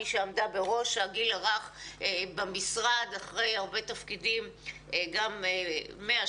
מי שעמדה בראש הגיל הרך במשרד והיא אחרי הרבה תפקידים גם מהשטח